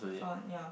got ya